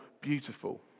beautiful